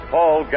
Paul